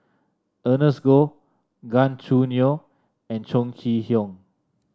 Ernest Goh Gan Choo Neo and Chong Kee Hiong